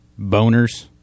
Boners